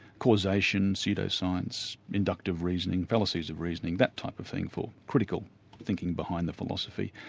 causation, pseudo-science, inductive reasoning, fallacies of reasoning, that type of thing for critical thinking behind the philosophy.